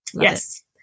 yes